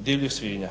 divljih svinja.